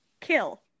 kill